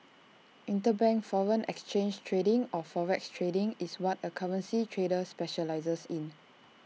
interbank foreign exchange trading or forex trading is what A currency trader specialises in